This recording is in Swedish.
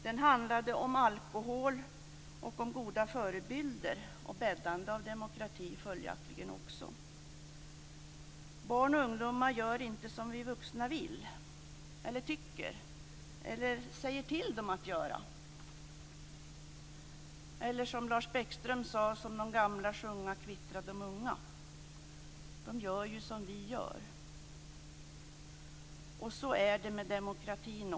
Den handlade om alkohol och goda förebilder och följaktligen bäddande av demokrati. Barn och ungdomar gör inte som vi vuxna vill eller tycker eller säger till dem att göra, eller som Lars Bäckström sade: Som de gamla sjunger kvittrar de unga. De gör som vi gör. Så är det med demokratin.